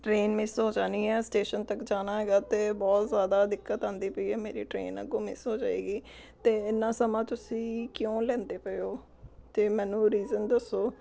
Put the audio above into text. train miss ਹੋ ਜਾਣੀ ਹੈ ਸਟੇਸ਼ਨ ਤੱਕ ਜਾਣਾ ਹੈਗਾ ਅਤੇ ਬਹੁਤ ਜ਼ਿਆਦਾ ਦਿੱਕਤ ਆਉਂਦੀ ਪਈ ਆ ਮੇਰੀ ਟਰੇਨ ਅੱਗੋਂ ਮਿਸ ਹੋ ਜਾਵੇਗੀ ਅਤੇ ਇੰਨਾ ਸਮਾਂ ਤੁਸੀਂ ਕਿਉਂ ਲੈਂਦੇ ਪਏ ਹੋ ਤੇ ਮੈਨੂੰ ਰੀਜਨ ਦੱਸੋ